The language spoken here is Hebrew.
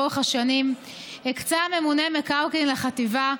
לאורך השנים הקצה הממונה מקרקעין לחטיבה,